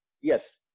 Yes